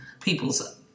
people's